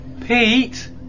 Pete